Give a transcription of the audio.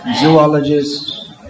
zoologist